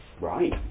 Right